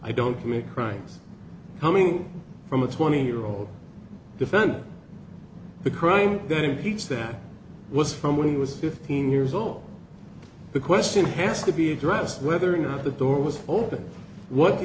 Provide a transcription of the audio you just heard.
i don't make crimes coming from a twenty year old defendant the crying game peach that was from when he was fifteen years old the question has to be addressed whether or not the door was open what do